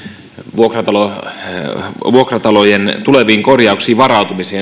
vuokratalojen vuokratalojen tuleviin korjauksiin varautumiseen